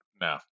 No